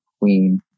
queen